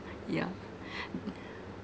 yeah